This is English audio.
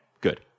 good